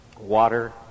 Water